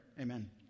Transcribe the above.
Amen